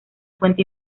fuente